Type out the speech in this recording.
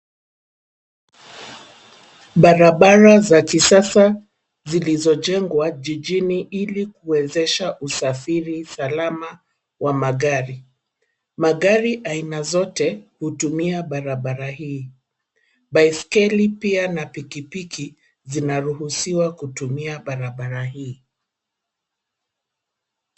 Barabara za kisasa zilizo jengwa jijini ili kuwezesha usafiri salama wa magari. Magari aina zote hutumia barabara hii. Baiskeli pia na pikipiki zinaruhusiwa kutumia barabara hii.